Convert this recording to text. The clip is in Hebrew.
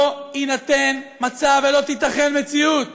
לא יינתן מצב ולא תיתכן מציאות